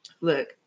Look